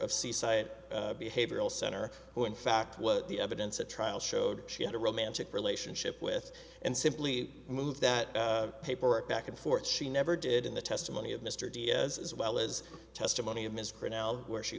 of seaside behavioral center who in fact what the evidence at trial showed she had a romantic relationship with and simply moved that paperwork back and forth she never did in the testimony of mr diaz as well as testimony of ms for nell where she